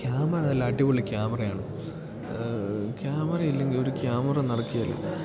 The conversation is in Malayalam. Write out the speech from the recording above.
ക്യാമറ നല്ല അടിപൊളി ക്യാമറയാണ് ക്യാമറ ഇല്ലെങ്കിൽ ഒരു ക്യാമറ നടക്കില്ല